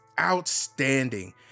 outstanding